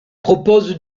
propose